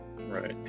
right